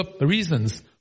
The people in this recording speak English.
reasons